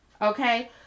Okay